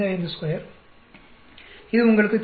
552 இது உங்களுக்குத் தெரியும்